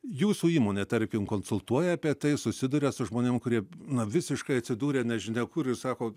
jūsų įmonė tarkim konsultuoja apie tai susiduria su žmonėms kurie na visiškai atsidūrė nežinia kur jūs sakote